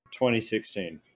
2016